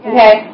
Okay